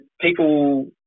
people